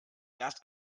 erst